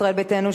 ישראל ביתנו,